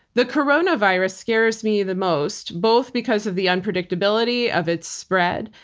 the coronavirus scares me the most both because of the unpredictability of its spread,